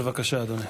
בבקשה, אדוני.